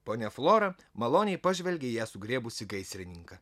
ponia flora maloniai pažvelgė į ją sugriebusį gaisrininką